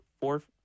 fourth